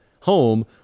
home